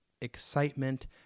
excitement